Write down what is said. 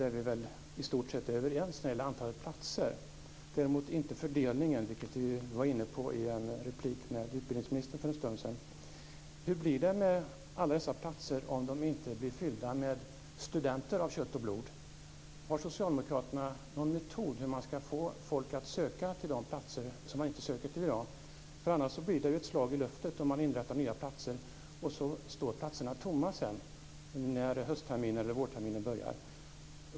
Där är vi väl i stort sett överens om antalet platser men däremot inte om fördelningen, vilket jag var inne på i en replikväxling med utbildningsministern för en stund sedan. Hur blir det med alla dessa platser om de inte blir fyllda med studenter av kött och blod? Har socialdemokraterna någon metod för hur man ska få folk att söka till de platser de inte söker till i dag? Annars blir det ju ett slag i luften, om man inrättar nya platser och dessa sedan står tomma när höst eller vårterminen börjar.